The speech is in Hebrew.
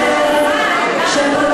תנו לשרה לסיים.